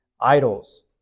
idols